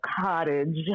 cottage